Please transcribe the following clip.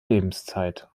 lebenszeit